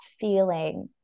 feeling